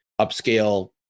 upscale